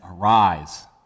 arise